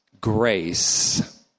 grace